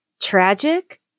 Tragic